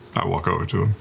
i walk over to